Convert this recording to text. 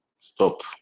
Stop